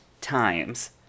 times